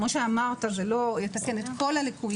כמו שאמרת זה לא יתקן את כל הליקויים,